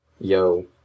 yo